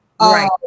right